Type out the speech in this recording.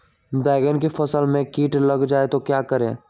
बैंगन की फसल में कीट लग जाए तो क्या करें?